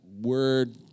word